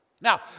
Now